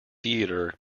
theater